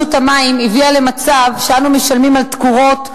המים הביא למצב שאנו משלמים על תקורות,